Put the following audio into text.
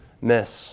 miss